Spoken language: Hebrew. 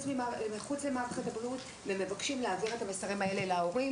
ומחוצה לה ומבקשים להעביר את המסרים האלה להורים.